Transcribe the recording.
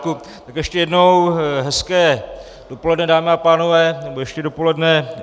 Tak ještě jednou, hezké dopoledne, dámy a pánové, ještě dopoledne.